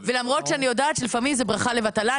קרב ולמרות שאני יודעת שלפעמים זאת ברכה לבטלה,